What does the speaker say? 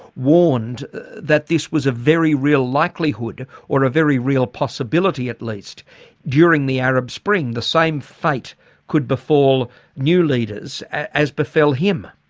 warned that this was a very real likelihood or a very real possibility at least during the arab spring the same fate could befall new leaders as befell him.